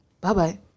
bye-bye